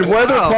Weather